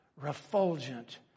refulgent